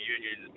Union